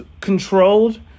controlled